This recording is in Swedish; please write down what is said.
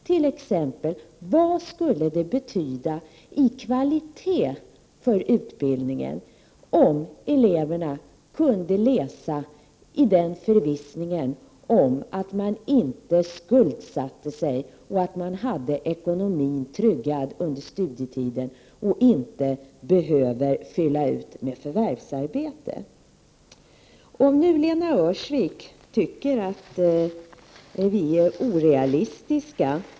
Vad skulle det t.ex. betyda i kvalitet för utbildningen, om eleverna kunde läsa i förvissning om att de inte skuldsatte sig, att ekonomin var tryggad under studietiden och att de inte behövde fylla ut inkomsten genom förvärvsarbete? Det är dystert om Lena Öhrsvik nu anser att vi är orealistiska.